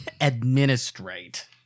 Administrate